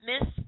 Miss